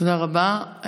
תודה רבה.